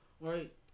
right